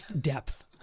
depth